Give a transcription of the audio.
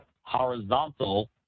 horizontal